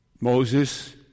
Moses